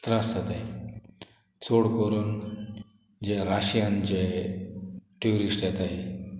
त्रास जाताय चोड करून जे राशियान जे ट्युरिस्ट येताय